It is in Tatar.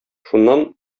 шуннан